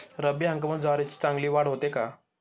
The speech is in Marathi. रब्बी हंगामात ज्वारीची चांगली वाढ होते का?